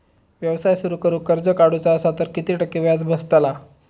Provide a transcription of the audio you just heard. व्यवसाय सुरु करूक कर्ज काढूचा असा तर किती टक्के व्याज बसतला?